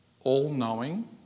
all-knowing